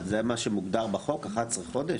זה מה שמוגדר בחוק, 11 חודשים?